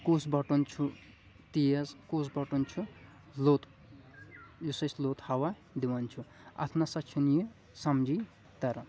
کُس بٹُن چھُ تیز کُس بٹُن چھُ لوٚت یُس اسہِ لوٚت ہوا دِوان چھُ اتھ نسا چھُ یہِ سمجے تران